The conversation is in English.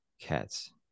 cats